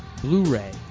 Blu-ray